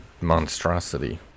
monstrosity